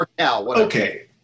Okay